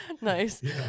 Nice